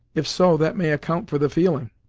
if so, that may account for the feeling.